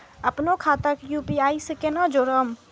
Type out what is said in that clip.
अपनो खाता के यू.पी.आई से केना जोरम?